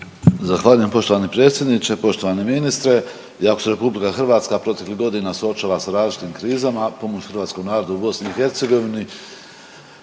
Zahvaljujem poštovani predsjedniče. Poštovani ministre iako se RH proteklih godina suočava sa različitim krizama, a pomoć hrvatskom narodu u BiH